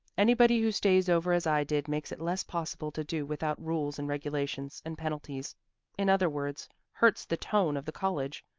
anybody who stays over as i did makes it less possible to do without rules and regulations and penalties in other words hurts the tone of the college,